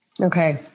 Okay